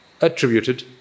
attributed